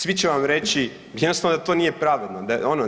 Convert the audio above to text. Svi će vam reći jednostavno da to nije pravedno, da ono